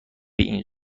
این